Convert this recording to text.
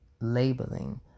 Labeling